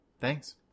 Thanks